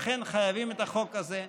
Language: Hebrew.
לכן חייבים את החוק הזה.